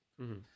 -hmm